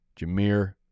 Jameer